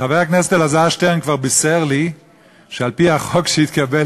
אלעזר שטרן כבר בישר לי שעל-פי החוק שהתקבל